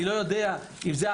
אני לא יודע אם זה,